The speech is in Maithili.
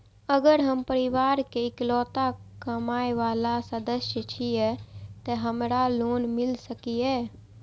अगर हम परिवार के इकलौता कमाय वाला सदस्य छियै त की हमरा लोन मिल सकीए?